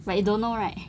but you don't know right